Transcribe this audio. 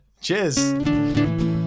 Cheers